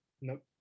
Nope